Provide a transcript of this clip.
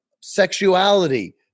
sexuality